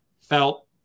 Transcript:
felt